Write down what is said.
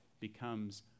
becomes